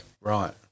Right